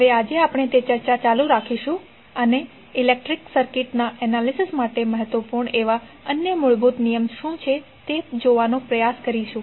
હવે આજે આપણે તે ચર્ચા ચાલુ રાખીશું અને ઇલેક્ટ્રિકલ સર્કિટ ના એનાલિસિસ માટે મહત્વપૂર્ણ એવા અન્ય મૂળભૂત નિયમ શું છે તે જોવાનો પ્રયાસ કરીશું